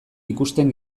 ikusten